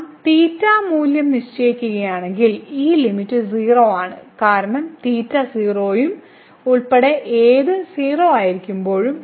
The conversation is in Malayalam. നാം മൂല്യം നിശ്ചയിക്കുകയാണെങ്കിൽ ഈ ലിമിറ്റ് 0 ആണ് കാരണം 0 ഉം ഉൾപ്പെടെ ഏത് ആയിരിക്കുമ്പോൾ